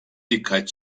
dikkat